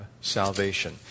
salvation